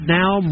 now